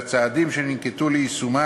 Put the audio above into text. והצעדים שננקטו ליישומה,